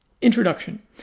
introduction